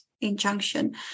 injunction